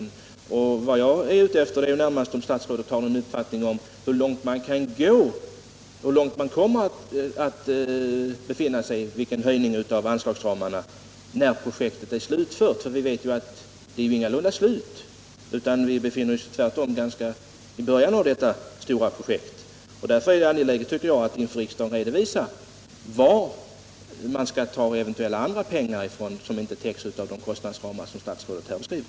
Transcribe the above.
Vad jag önskar är ett besked om huruvida statsrådet har någon uppfattning om hur långt man kan gå och hur mycket kostnadsramarna kommer att ha ökat när projektet är slutfört. Vi vet att det ingalunda är slut utan att vi tvärtom befinner oss i början av detta stora projekt. Därför tycker jag att det är angeläget att vi inför riksdagen redovisar varifrån man skall ta de eventuella extra medel som inte täcks av de kostnadsramar statsrådet här beskriver.